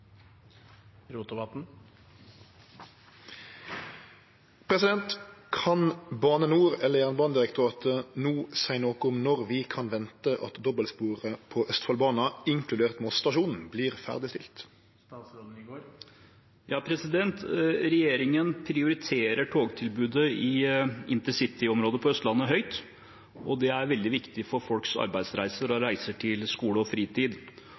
når vi kan vente dobbeltsporet på Østfoldbanen, inkludert Moss stasjon, ferdigstilt?» Regjeringen prioriterer togtilbudet i Intercity-området på Østlandet høyt, og det er veldig viktig for folks arbeidsreiser og reiser til skole og fritid.